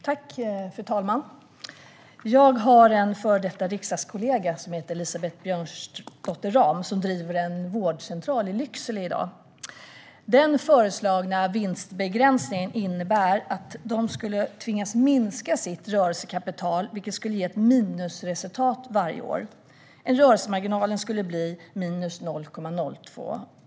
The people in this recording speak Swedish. Fru ålderspresident! Jag har en före detta riksdagskollega som heter Elisabeth Björnsdotter Rahm. Hon driver en vårdcentral i Lycksele i dag. Den föreslagna vinstbegränsningen innebär att hennes vårdcentral skulle behöva minska sitt rörelsekapital, vilket skulle ge ett minusresultat varje år. Rörelsemarginalen skulle bli 0,02 procent.